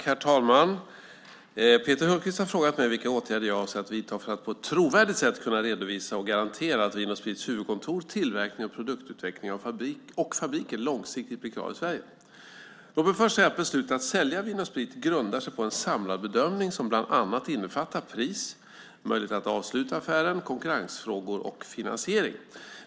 Herr talman! Peter Hultqvist har frågat mig vilka åtgärder jag avser att vidta för att på ett trovärdigt sätt redovisa och garantera att Vin & Sprits huvudkontor, tillverkning, produktutveckling och fabriker långsiktigt blir kvar i Sverige. Låt mig först säga att beslutet att sälja Vin & Sprit grundar sig på en samlad bedömning som bland annat innefattar pris, möjlighet att avsluta affären, konkurrensfrågor och finansiering.